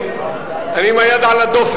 ייעוץ לראש